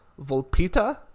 Volpita